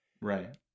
Right